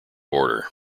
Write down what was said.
order